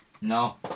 No